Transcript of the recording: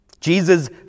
Jesus